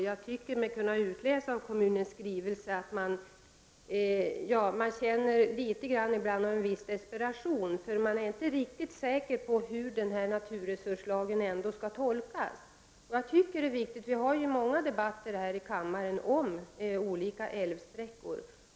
Jag tycker mig kunna utläsa av kommunens skrivelse att man där känner litet av desperation. Man är inte riktigt säker på hur naturresurslagen skall tolkas. Jag tycker att detta är viktigt. Vi för många debatter här i kammaren om olika älvsträckor.